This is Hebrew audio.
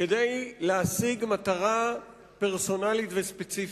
כדי להשיג מטרה פרסונלית וספציפית.